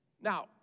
Now